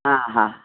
हा हा